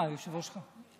מושג